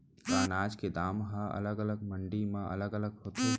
का अनाज के दाम हा अलग अलग मंडी म अलग अलग होथे?